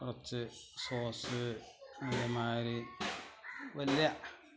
കുറച്ച് സോസ് അതെ മാതിരി വലിയ